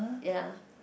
ya